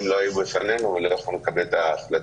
לא היו בפנינו ולא יכולנו לקבל את ההחלטה.